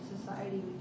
society